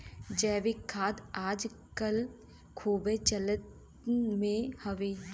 जैविक खाद आज कल खूबे चलन मे हउवे